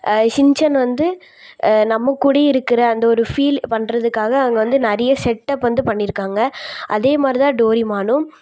Shinchan வந்து நம்மகூடயே இருக்கிற அந்த ஒரு ஃபீல் பண்ணுறதுக்காக அங்கே வந்து நிறைய செட்டப் வந்து பண்ணியிருக்காங்க அதேமாதிரி தான் டோரிமானும்